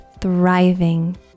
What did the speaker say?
thriving